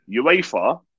UEFA